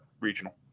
regional